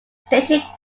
staging